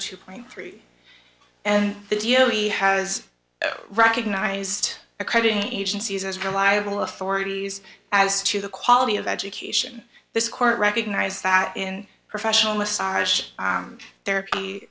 two point three and the g o p has recognized accrediting agencies as reliable authorities as to the quality of education this court recognized that in professional massage ther